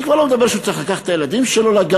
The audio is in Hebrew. אני כבר לא מדבר על כך שהוא צריך לקחת את הילדים שלו לגן.